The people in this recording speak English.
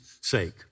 sake